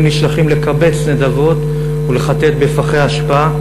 נשלחים לקבץ נדבות ולחטט בפחי אשפה,